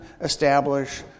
establish